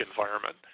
environment